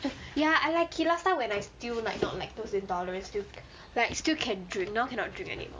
ya I like it last time when I still like not like lactose intolerant still like still can drink now cannot drink anymore